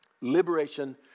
Liberation